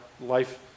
life